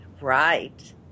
Right